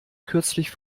kürzlich